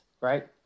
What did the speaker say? right